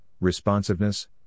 responsiveness